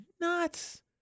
nuts